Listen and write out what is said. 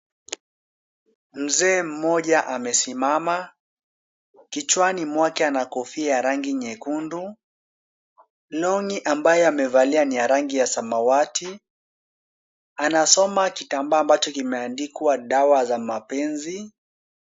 Mzee mmoja amesimama. Kichwani mwake ana kofia ya rangi nyekundu. Long'i ambayo amevalia ni ya rangi ya samawati. Anasoma kitambaa ambacho kimeandikwa dawa za mapenzi.